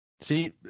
See